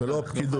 ולא הפקידות.